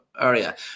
area